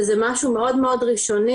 שזה משהו מאוד מאוד ראשוני,